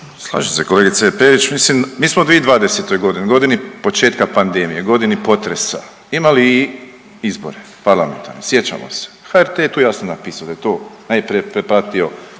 Slažem se kolegice Perić. Mislim mi smo 2020.g. početka pandemiji, godini potresa imali i izbore parlamentarne sjećamo se, HRT tu je jasno napiso da je to najprije